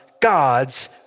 God's